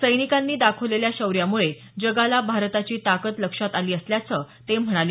सैनिकांनी दाखवलेल्या शौर्यामुळे जगाला भारताची ताकद लक्षात आली असल्याचं ते म्हणाले